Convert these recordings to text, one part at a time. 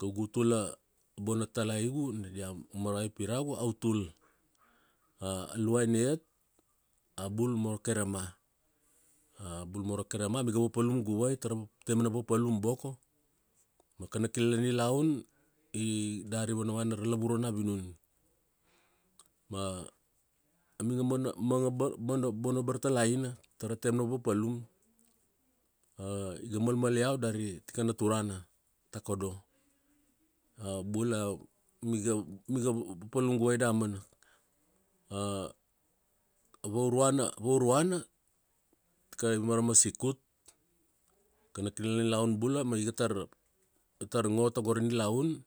Kaugu utula, boina talaigu nina dia maravai piragu, autul. A luaina iat, a bul moro Kerema. A bul moro Kerema a mirga papalum guvai tara taem na papalum boko ma kana kilala na nilaun vanavana lavurua na vinun. Ma mirga man, manga bona bartalaina ta ra taem na papalum. Iga malmal iau dari tikana turana takodo. Abula ami mi ga papalum guvai damana. A vaururan, tikai marama Sikut. Kana kilala na nilaun bula ma iga tar, ga tar ngo tago ra nilaun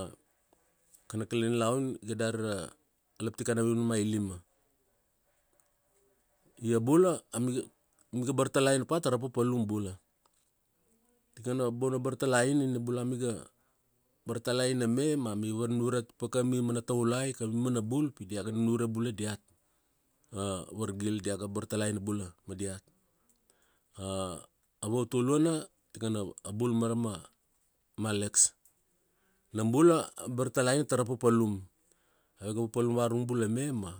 kana kilala na nilaun iga dari ra, a laptikai na vinun ma ailima. Ia bula, amir ga bartalaina papa tara papalum bula. Tikana bona bartalaina nina bula a mir ga bartalaina me a mi varnunure pa ka mir mana taulai, kemir mana bul pi diaga nunure bula diat vargil diaga bartalaina bula ma diat. A vautuluna, tikana bul marama, malex. Nam bula a bartalaina tara papalum. Ave ga papalum varurung bula me ma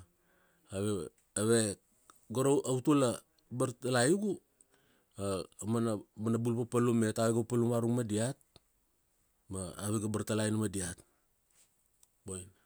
ave, ave go ra, autula, bartalaigu, aumana, mana bul papalum iat avega papalum varung ma diat, ma avega bartalaina ma diat. Boina.